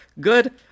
Good